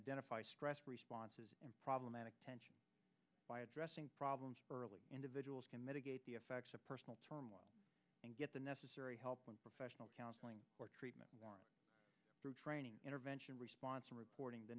identify stress responses and problematic tension by addressing problems early individuals can mitigate the effects of personal turmoil and get the necessary help and professional counseling or treatment through training intervention response in reporting the